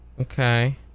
Okay